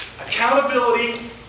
accountability